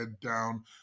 down